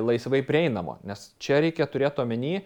laisvai prieinamo nes čia reikia turėt omeny